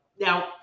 Now